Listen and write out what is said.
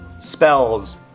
spells